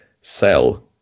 sell